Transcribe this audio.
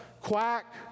quack